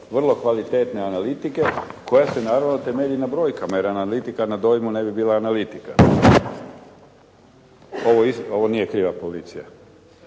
vrlo kvalitetne analitike koja se naravno temelji na brojkama, jer analitika na brojevima ne bi bila analitika. Ovo nije kriva policija.